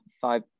five